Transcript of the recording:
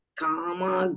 kama